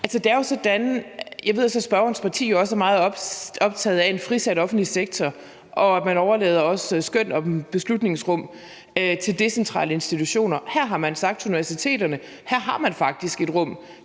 Jeg ved så, at spørgerens parti jo også er meget optaget af en frisat offentlig sektor, og at man også overlader skøn og beslutningsrum til decentrale institutioner. Her har man sagt til universiteterne, at her har de faktisk et rum